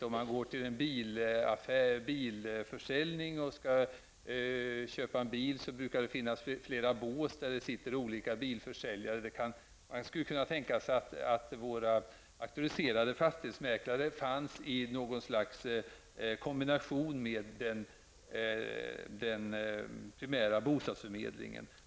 Om man går till en bilförsäljning för att köpa en bil brukar det finnas flera bås där det sitter olika bilförsäljare. Man skulle kunna tänka sig att våra auktoriserade fastighetsmäklare fanns i något slags kombination med den primära bostadsförmedlingen.